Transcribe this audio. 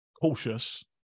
cautious